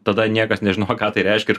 tada niekas nežinojo ką tai reiškia ir